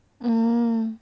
hmm